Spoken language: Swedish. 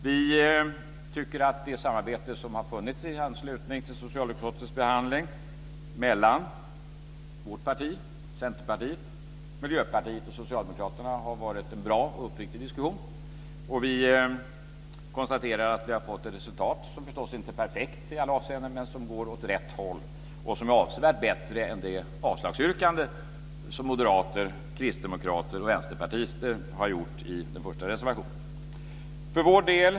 Vi tycker att det samarbete som har funnits i anslutning till socialutskottets behandling mellan vårt parti, Centerpartiet, Miljöpartiet och Socialdemokraterna har varit bra och präglats av en uppriktig diskussion. Vi konstaterar att vi har fått ett resultat som förstås inte är perfekt i alla avseenden men som går åt rätt håll och som är avsevärt bättre än det avslagsyrkande som moderater, kristdemokrater och vänsterpartister har gjort i den första reservationen.